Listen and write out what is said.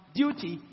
duty